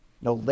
No